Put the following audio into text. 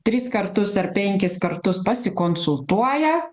tris kartus ar penkis kartus pasikonsultuoja